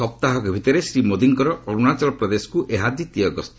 ସପ୍ତାହକ ଭିତରେ ଶ୍ରୀ ମୋଦିଙ୍କର ଅରୁଣାଚଳ ପ୍ରଦେଶକୁ ଏହା ଦ୍ୱିତୀୟ ଗସ୍ତ